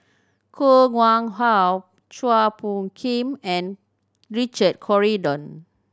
Koh Nguang How Chua Phung Kim and Richard Corridon